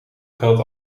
geld